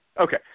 Okay